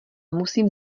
musím